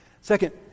Second